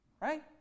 right